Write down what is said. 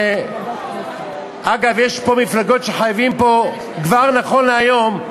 אגב, יש פה מפלגות שחייבות, כבר נכון להיום,